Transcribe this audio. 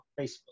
Facebook